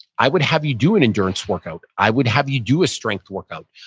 i would have you do an endurance workout. i would have you do a strength workout.